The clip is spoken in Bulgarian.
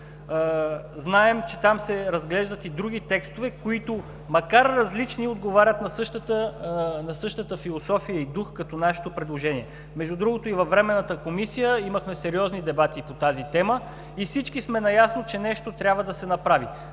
Знаем, че там се разглеждат и други текстове, които, макар различни, отговарят на същата философия и дух като нашето предложение. Между другото, и във Временната комисия имахме сериозни дебати по тази тема и всички сме наясно, че нещо трябва да се направи.